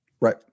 right